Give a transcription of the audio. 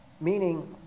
Meaning